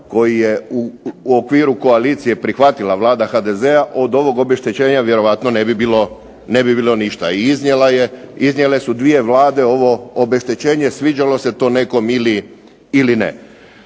koji je u okviru koalicije prihvatila Vlada HDZ-a od ovog obeštećenja vjerojatno ne bi bilo ništa. I iznijele su dvije vlade ovo obeštećenje sviđalo se to nekom ili ne.